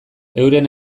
euren